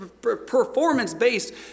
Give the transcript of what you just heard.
performance-based